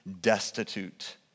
destitute